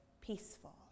peaceful